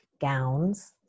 gowns